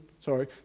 Sorry